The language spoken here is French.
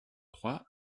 trois